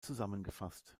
zusammengefasst